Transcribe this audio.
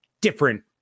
different